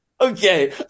Okay